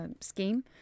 scheme